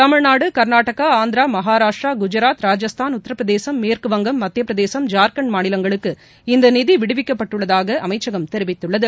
தமிழ்நாடு கர்நாடகா ஆந்திரா மகாராஷ்ட்ரா குஜாத் ராஜஸ்தான் உத்தரபிரதேசம் மேற்கு வங்கம் மத்திய பிரதேசம் ஜார்கண்ட் மாநிலங்களுக்கு இந்த நிதி விடுவிக்கப்பட்டுள்ளதாக அமைச்சகம் தெரிவித்துள்ளது